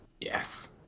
Yes